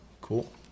Cool